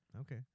Okay